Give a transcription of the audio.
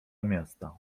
miasta